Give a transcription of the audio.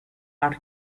are